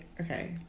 okay